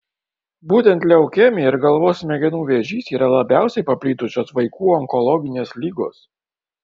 būtent leukemija ir galvos smegenų vėžys yra labiausiai paplitusios vaikų onkologinės ligos